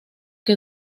que